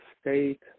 state